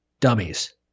dummies